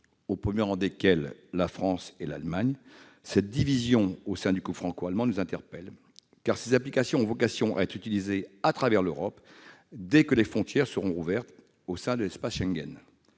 au premier rang desquels la France et l'Allemagne. Cette division au sein du couple franco-allemand nous interpelle, car ces applications ont vocation à être utilisées à travers l'Europe, dès que les frontières seront rouvertes, au sein de l'espace Schengen.